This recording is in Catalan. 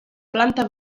planta